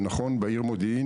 נכון שהעיר מודיעין,